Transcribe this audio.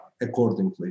accordingly